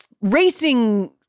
Racing